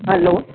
hello